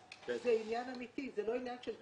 זה לא עניין של תירוץ.